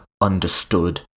understood